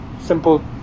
simple